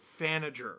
Fanager